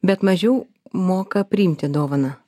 bet mažiau moka priimti dovaną